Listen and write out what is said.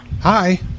Hi